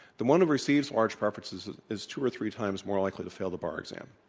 the one who receives large preferences is two or three times more likely to fail the bar exam.